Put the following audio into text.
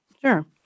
Sure